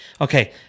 Okay